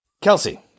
Kelsey